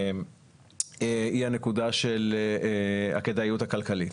היא הנקודה של הכדאיות הכלכלית.